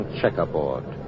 checkerboard